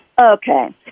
Okay